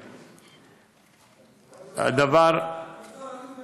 מדבר וכלום לא